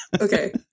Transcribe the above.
Okay